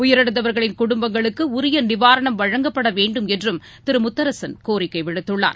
உயிரிழந்தவர்களின் குடும்பங்களுக்குஉரியநிவாரணம் வழங்கப்படவேண்டும் என்றும் திருமுத்தரசன் கோரிக்கைவிடுத்துள்ளார்